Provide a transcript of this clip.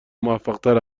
موفقتر